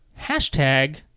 hashtag